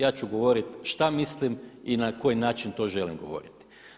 Ja ću govoriti šta mislim i na koji način to želim govoriti.